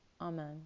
Amen